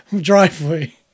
driveway